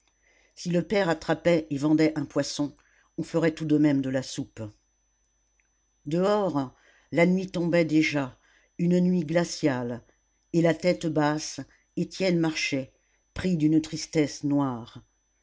si le père attrapait et vendait un poisson on ferait tout de même de la soupe dehors la nuit tombait déjà une nuit glaciale et la tête basse étienne marchait pris d'une tristesse noire